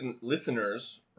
listeners